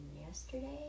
yesterday